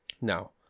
Now